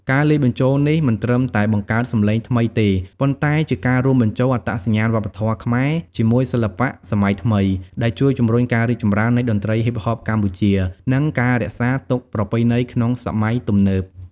ការលាយបញ្ចូលនេះមិនត្រឹមតែបង្កើតសម្លេងថ្មីទេ ប៉ុន្តែជាការរួមបញ្ចូលអត្តសញ្ញាណវប្បធម៌ខ្មែរជាមួយសិល្បៈសម័យថ្មី ដែលជួយជំរុញការរីកចម្រើននៃតន្ត្រីហ៊ីបហបកម្ពុជា និង ការរក្សាទុកប្រពៃណីក្នុងសម័យទំនើប។